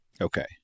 Okay